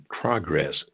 progress